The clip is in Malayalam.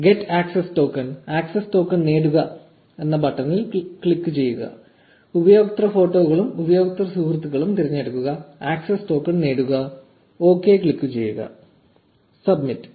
'get access token access token നേടുക ബട്ടണിലേക്ക് മടങ്ങുക ഉപയോക്തൃ ഫോട്ടോകളും ഉപയോക്തൃ സുഹൃത്തുക്കളും തിരഞ്ഞെടുക്കുക ആക്സസ് ടോക്കൺ നേടുക 'ഓക്കേ' ക്ലിക്കുചെയ്യുക സബ്മിറ്റ്